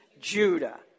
Judah